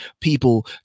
people